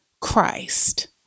Christ